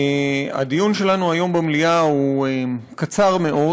הדיון שלנו היום במליאה הוא קצר מאוד,